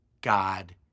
God